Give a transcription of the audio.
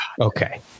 Okay